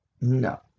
No